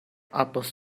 عباس